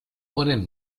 ponen